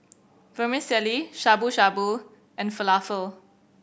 Vermicelli Shabu Shabu and Falafel